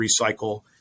recycle